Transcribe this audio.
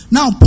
Now